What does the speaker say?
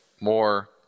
More